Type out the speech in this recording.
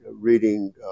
reading